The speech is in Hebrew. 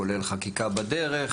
כולל חקיקה בדרך